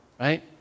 right